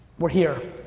we're here.